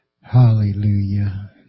Hallelujah